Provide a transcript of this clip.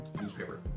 Newspaper